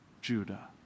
Judah